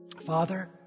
Father